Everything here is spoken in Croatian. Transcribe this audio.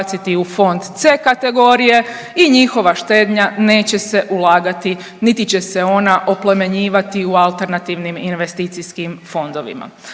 u fond C kategorije i njihova štednja neće se ulagati, niti će se ona oplemenjivati u alternativnim investicijskim fondovima.